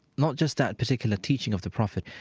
not just that particular teaching of the prophet,